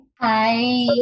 Hi